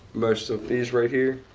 most of these right here,